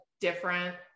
different